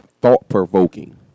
thought-provoking